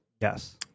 Yes